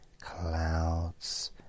clouds